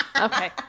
Okay